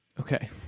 Okay